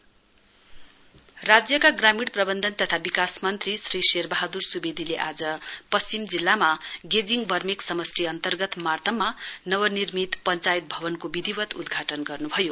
पंचायत भवन इनोग्रेटेड ग्रामीण प्रवन्धन तथा विकास मन्त्री श्री शेरवहादुर सुवेदीले आज पश्चिम जिल्लामा गेजिङ वर्मेक समष्टि अन्तर्गत मार्तममा नवनिर्मित पंचायत भवनको विधिवत् उद्घाटन गर्नुभयो